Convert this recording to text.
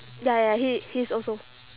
ya ya ya he he is also